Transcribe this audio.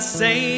say